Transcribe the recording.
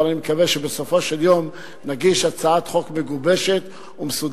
אבל אני מקווה שבסופו של יום נגיש לחברי הכנסת הצעת חוק מגובשת ומסודרת.